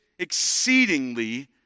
exceedingly